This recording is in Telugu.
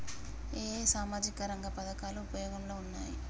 ఏ ఏ సామాజిక రంగ పథకాలు ఉపయోగంలో ఉన్నాయి?